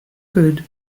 good